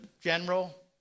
general